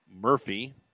Murphy